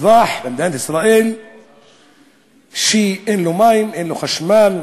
אזרח מדינת ישראל שאין לו מים, אין לו חשמל,